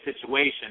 situation